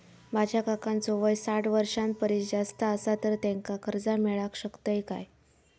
माझ्या काकांचो वय साठ वर्षां परिस जास्त आसा तर त्यांका कर्जा मेळाक शकतय काय?